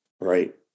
right